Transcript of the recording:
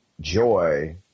Joy